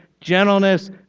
gentleness